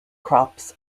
crops